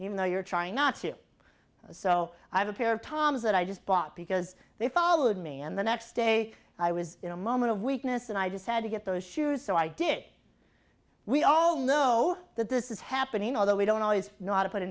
even though you're trying not to so i have a pair of toms that i just bought because they followed me and the next day i was in a moment of weakness and i decided to get those shoes so i did we all know that this is happening although we don't always know how to put a